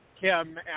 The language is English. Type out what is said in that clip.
Kim